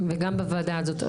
וגם בוועדה הזאת.